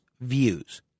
views